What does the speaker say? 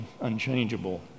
unchangeable